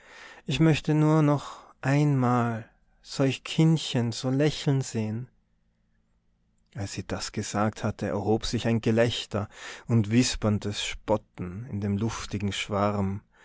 ich möchte nur noch einmal solch kindchen so lächeln sehen als sie das gesagt hatte erhob sich ein gelächter und wisperndes spotten in dem luftigen schwarm